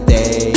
day